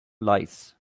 lice